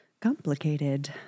complicated